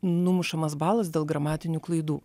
numušamas balas dėl gramatinių klaidų